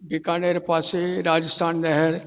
बीकानेर पासे राजस्थान नहर